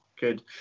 good